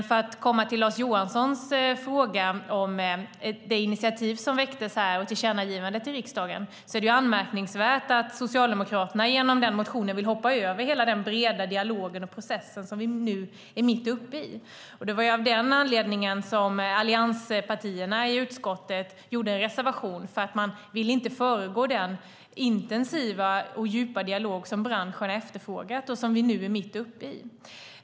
För att komma till Lars Johanssons fråga om det initiativ som väcktes här och tillkännagivandet i riksdagen, är det anmärkningsvärt att Socialdemokraterna i den motionen vill hoppa över den breda dialogen och processen som vi nu är mitt uppe i. Det var av den anledningen som allianspartierna i utskottet lämnade en reservation. Man ville inte föregå den intensiva och djupa dialog som branschen har efterfrågat och som vi nu är mitt uppe i.